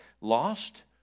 Lost